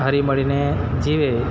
હશી મળીને જીવે